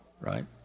right